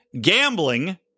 gambling